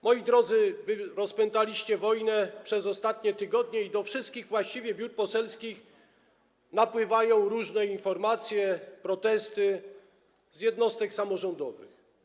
Moi drodzy, rozpętaliście przez ostatnie tygodnie wojnę i do wszystkich właściwie biur poselskich napływają różne informacje, protesty z jednostek samorządowych.